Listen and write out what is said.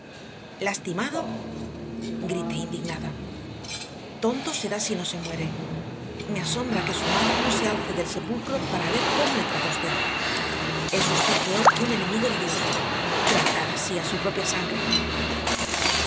lastimado grité indignada tonto será si no se muere me asombra que su madre no se alce del sepulcro para ver cómo le trata usted es usted peor que un enemigo de dios tratar así a su propia sangre